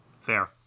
Fair